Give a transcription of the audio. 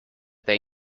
they